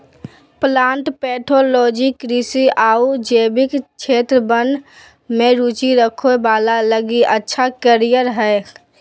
plant pathology कृषि आऊ जैविक क्षेत्र वन में रुचि रखे वाला लगी अच्छा कैरियर हइ